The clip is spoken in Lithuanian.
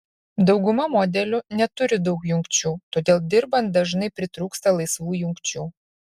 dauguma modelių neturi daug jungčių todėl dirbant dažnai pritrūksta laisvų jungčių